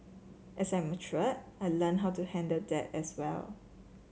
as I matured I learnt how to handle that as well